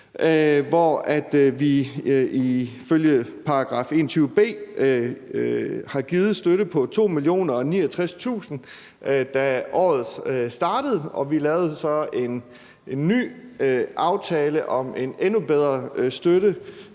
hvor vi ifølge § 21 b har givet en støtte på 2.000.069 kr., da året startede, og vi har så lavet en ny aftale om en endnu bedre støtte